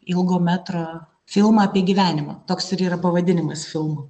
ilgo metro filmą apie gyvenimą toks ir yra pavadinimas filmo